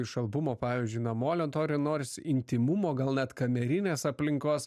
iš albumo pavyzdžiui namolio nori norisi intymumo gal net kamerinės aplinkos